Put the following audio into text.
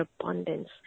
abundance